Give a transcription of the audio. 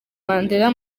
mandela